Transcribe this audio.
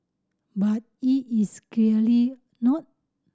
but it is clearly not